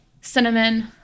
cinnamon